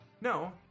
No